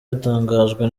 yatangajwe